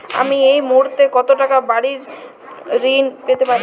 আমি এই মুহূর্তে কত টাকা বাড়ীর ঋণ পেতে পারি?